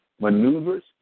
maneuvers